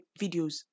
videos